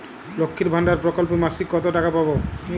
লক্ষ্মীর ভান্ডার প্রকল্পে মাসিক কত টাকা পাব?